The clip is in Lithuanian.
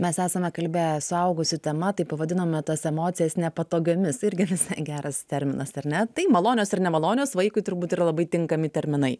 mes esame kalbėję suaugusių tema tai pavadinome tas emocijas nepatogiomis irgi visai geras terminas ar ne tai malonios ir nemalonios vaikui turbūt yra labai tinkami terminai